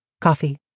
Coffee